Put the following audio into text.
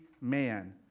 Man